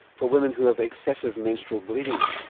for women who have excessive menstrual bleeding.